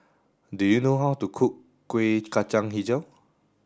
do you know how to cook Kueh Kacang Hijau